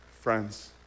friends